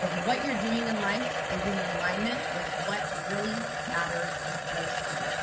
if what you're doing in life is in alignment with what really matters most to you.